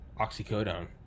oxycodone